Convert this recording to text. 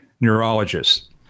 neurologist